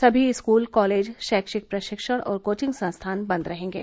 सभी school college शैक्षिक प्रशिक्षण और कोचिंग संस्थान बन्द रहेंगे